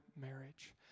marriage